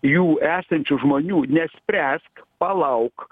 jų esančių žmonių nespręsk palauk